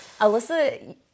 Alyssa